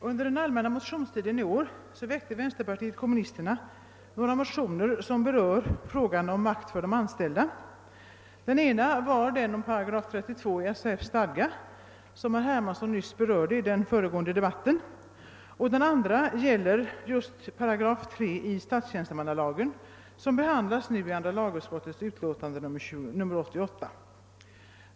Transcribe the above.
Herr talman! Vänsterpartiet kom munisterna väckte under den allmänna motionstiden i år några motioner som berör frågan om makt för de anställda. Den ena avsåg 8 32 i SAF:s stadgar, som herr Hermansson nyss berört i debatten om bla. föregående ärende, och den andra gäller 3 8 statstjänstemannalagen, som behandlas i andra lagutskottets utlåtande nr 88.